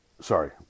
Sorry